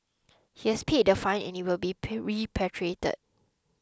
he has paid the fine and will be repatriated